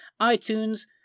iTunes